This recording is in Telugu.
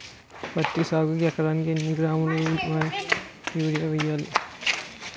పత్తి సాగుకు ఎకరానికి ఎన్నికిలోగ్రాములా యూరియా వెయ్యాలి?